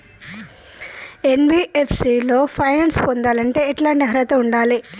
NBFC లో finance పొందాలంటే ఎట్లాంటి అర్హత ఉండాలే?